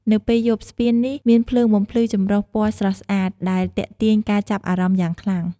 នៅពេលយប់ ស្ពាននេះមានភ្លើងបំភ្លឺចម្រុះពណ៌ស្រស់ស្អាត ដែលទាក់ទាញការចាប់អារម្មណ៍យ៉ាងខ្លាំង។